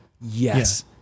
yes